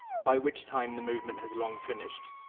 by which time the movement has long finished.